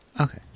Okay